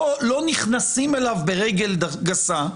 לא נכנסים אליו ברגל גסה,